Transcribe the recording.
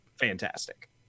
Fantastic